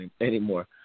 anymore